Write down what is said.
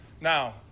Now